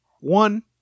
One